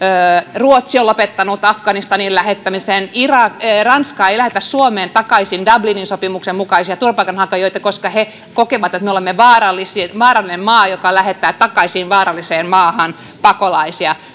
ruotsi on lopettanut afganistaniin lähettämisen ranska ei lähetä suomeen takaisin dublinin sopimuksen mukaisia turvapaikanhakijoita koska he kokevat että me olemme vaarallinen maa joka lähettää takaisin vaaralliseen maahan pakolaisia